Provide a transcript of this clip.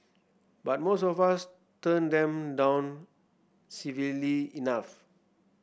but most of us turn them down civilly enough